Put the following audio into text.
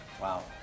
Wow